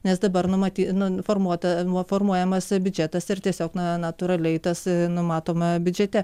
nes dabar numaty nu formuota buvo formuojamas biudžetas ir tiesiog na natūraliai tas numatoma biudžete